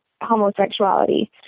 homosexuality